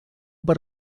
per